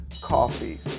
Coffee